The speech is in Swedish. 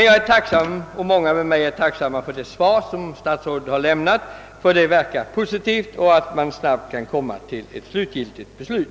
Jag och många med mig är emellertid tacksamma för det svar som statsrådet lämnat, eftersom detta verkar positivt och det ser ut att snabbt bli ett slutgiltigt beslut.